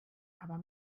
aber